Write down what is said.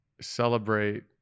celebrate